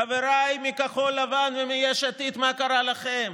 חבריי מכחול לבן ומיש עתיד, מה קרה לכם?